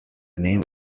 named